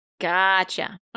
Gotcha